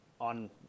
on